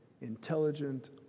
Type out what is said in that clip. intelligent